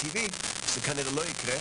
מנהל מחוז חיפה,